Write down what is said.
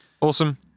Awesome